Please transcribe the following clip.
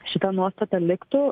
šita nuostata liktų